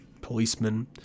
policemen